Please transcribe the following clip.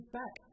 back